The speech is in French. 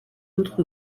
autre